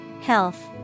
Health